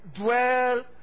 dwell